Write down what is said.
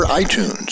iTunes